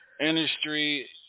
industry